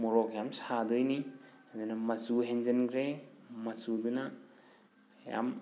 ꯃꯣꯔꯣꯛ ꯌꯥꯝ ꯁꯥꯗꯣꯏꯅꯤ ꯑꯗꯨꯅ ꯃꯆꯨ ꯍꯦꯟꯖꯤꯟꯈ꯭ꯔꯦ ꯃꯆꯨꯗꯨꯅ ꯌꯥꯝ